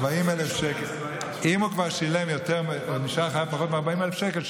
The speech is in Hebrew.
אם הוא כבר שילם או שנשאר חייב פחות מ-40,000 שקל,